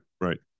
right